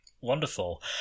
Wonderful